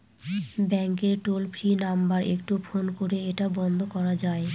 ব্যাংকের toll free number একটু phone করে এটা বন্ধ করা যায়?